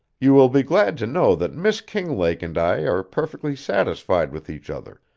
you will be glad to know that miss kinglake and i are perfectly satisfied with each other,